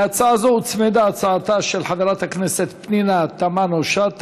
להצעה זו הוצמדה הצעתה של חברת הכנסת פנינו תמנו-שטה.